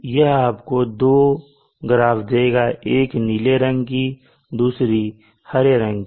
यह आपको दो ग्राफ देगा एक नीले रंग की और दूसरी हरे रंग की